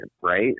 right